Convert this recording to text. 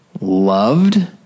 loved